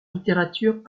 littérature